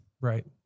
Right